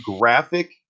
graphic